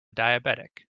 diabetic